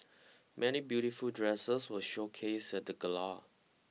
many beautiful dresses were showcased at the gala